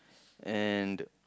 and